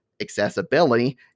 accessibility